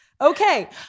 Okay